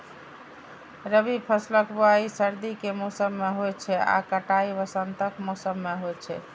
रबी फसलक बुआइ सर्दी के मौसम मे होइ छै आ कटाइ वसंतक मौसम मे होइ छै